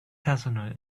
personal